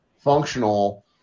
functional